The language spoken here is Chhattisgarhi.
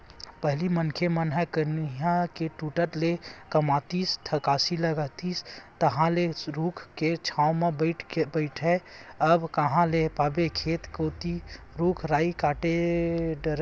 पहिली मनखे मन कनिहा के टूटत ले कमातिस थकासी लागतिस तहांले रूख के छांव म बइठय अब कांहा ल पाबे खेत कोती रुख राई कांट डरथे